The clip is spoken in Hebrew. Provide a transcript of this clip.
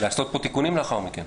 לעשות תיקונים לאחר מכן,